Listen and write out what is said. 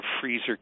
freezer